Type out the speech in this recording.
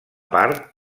part